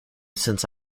since